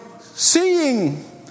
seeing